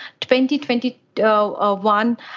2021